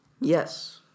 Yes